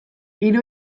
hiru